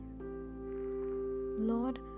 Lord